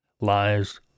lies